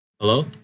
Hello